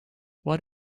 what